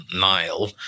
Nile